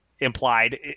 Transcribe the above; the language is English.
implied